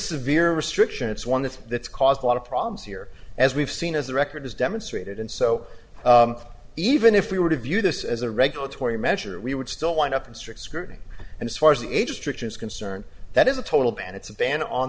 severe restriction it's one that that's caused a lot of problems here as we've seen as the record has demonstrated and so even if we were to view this as a regulatory measure we would still wind up in strict scrutiny and as far as the age of strictures concerned that is a total ban it's a ban on